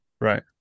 right